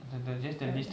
correct